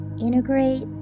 integrate